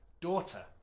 Daughter